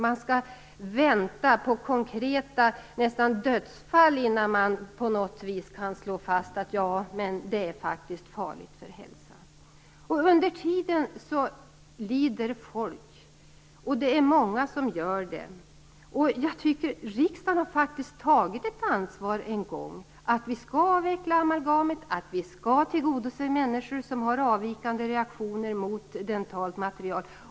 Man skall nästan vänta på konkreta dödsfall innan man på något vis kan slå fast att det faktiskt är farligt för hälsan. Under tiden lider folk, och det är många som gör det. Riksdagen har faktiskt en gång tagit ansvar och sagt att vi skall avveckla amalgamet och tillgodose människor som har avvikande reaktioner mot dentalt material.